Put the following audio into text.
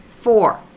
four